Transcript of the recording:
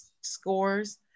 scores